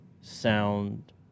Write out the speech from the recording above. sound